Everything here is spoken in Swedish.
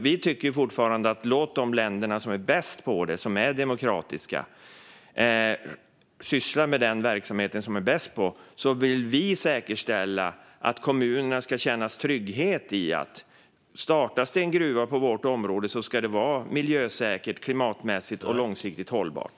Vi tycker fortfarande att de länder som är bäst på detta, och som är demokratiska, ska syssla med denna verksamhet. Vi vill säkerställa att kommunerna ska känna trygghet. Startas det en gruva ska det vara miljösäkert och klimatmässigt och långsiktigt hållbart.